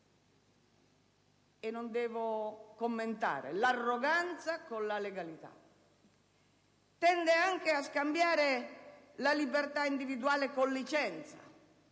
non devo commentare: l'arroganza con la legalità. Il testo tende anche a scambiare la libertà individuale con la licenza